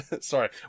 Sorry